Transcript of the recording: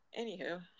anywho